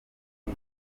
bwo